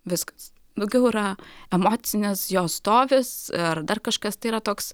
viskas daugiau yra emocinis jo stovis ir dar kažkas tai yra toks